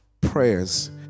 prayers